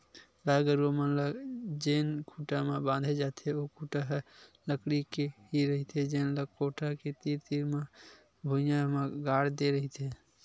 गाय गरूवा मन ल जेन खूटा म बांधे जाथे ओ खूटा ह लकड़ी के ही रहिथे जेन ल कोठा के तीर तीर म भुइयां म गाड़ दे रहिथे